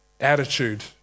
attitude